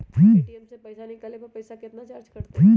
ATM से पईसा निकाले पर पईसा केतना चार्ज कटतई?